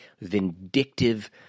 vindictive